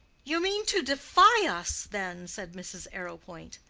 you mean to defy us, then? said mrs. arrowpoint.